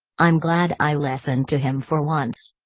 i'm glad i listened to him for once.